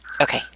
Okay